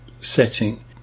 setting